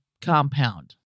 compound